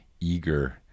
eager